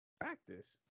Practice